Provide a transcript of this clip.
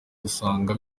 dusanga